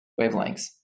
wavelengths